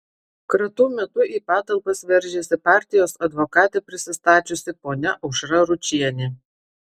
kratų metu į patalpas veržėsi partijos advokate prisistačiusi ponia aušra ručienė